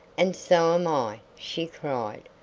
and so am i, she cried,